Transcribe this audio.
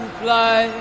fly